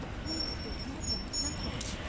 nay, sweet, not yet, not yet.